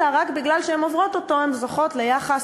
אלא רק מכיוון שהן עוברות אותו הן זוכות ליחס